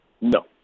No